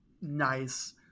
nice